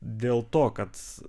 dėl to kad